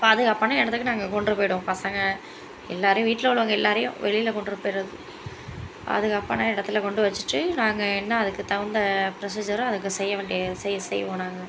பாதுகாப்பான இடத்துக்கு நாங்கள் கொண்ட்டு போய்விடுவோம் பசங்கள் எல்லாேரையும் வீட்டில் உள்ளவங்கள் எல்லாேரையும் வெளியில் கொண்ட்டு போய்விட்றது பாதுகாப்பான இடத்துல கொண்டு வச்சுட்டு நாங்கள் என்ன அதுக்கு தகுந்த ப்ரொசீஜரோ அதுக்கு செய்யவேண்டிய செய் செய்வோம் நாங்கள்